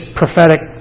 prophetic